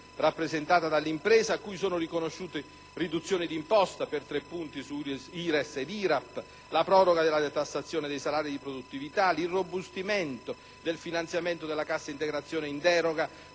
rappresentata dall'impresa, a cui sono riconosciute riduzioni di imposta per tre punti su IRES ed IRAP; la proroga della detassazione dei salari di produttività; l'irrobustimento del finanziamento della cassa integrazione in deroga,